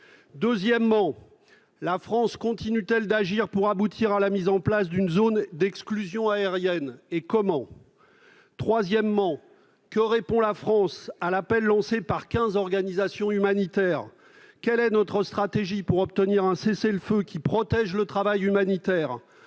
Deuxièmement, la France continue-t-elle d'agir pour aboutir à la mise en place d'une zone d'exclusion aérienne ? Et comment ? Troisièmement, que répond la France à l'appel lancé par quinze organisations humanitaires ? Quelle est notre stratégie pour obtenir un cessez-le-feu qui protège le travail humanitaire,